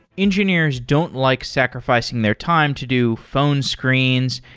engineers don't like sacrifi cing their time to do phone screens,